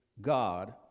God